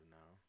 now